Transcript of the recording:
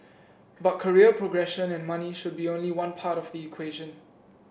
but career progression and money should be only one part of the equation